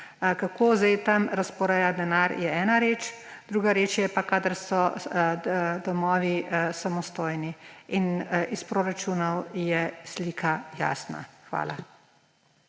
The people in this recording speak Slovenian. Kako zdaj tam razporejati denar, je ena zadeva, druga zadeva je pa, kadar so domovi samostojni. In iz proračunov je slika jasna. Hvala.